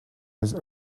his